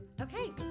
Okay